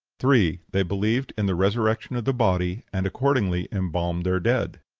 three. they believed in the resurrection of the body, and accordingly embalmed their dead.